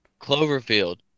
Cloverfield